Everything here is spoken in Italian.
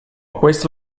questo